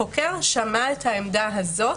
החוקר שמע את העמדה הזאת,